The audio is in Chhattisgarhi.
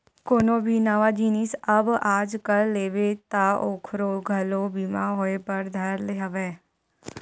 कोनो भी नवा जिनिस जब आजकल लेबे ता ओखरो घलो बीमा होय बर धर ले हवय